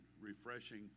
refreshing